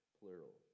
plural